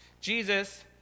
Jesus